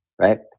right